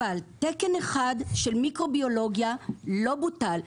אבל תקן אחד של מיקרוביולוגיה לא בוטל,